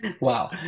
Wow